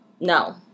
no